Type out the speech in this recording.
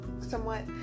somewhat